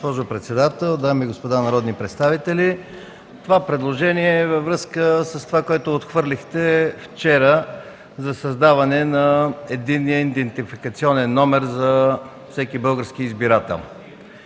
дами и господа народни представители! Това предложение е във връзка с това, което отхвърлихте вчера за създаване на единен идентификационен номер за всеки български избирател